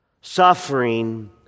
Suffering